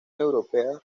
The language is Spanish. europea